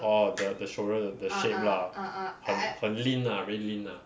orh the the shoulder the shape lah 很很 lean lah very lean lah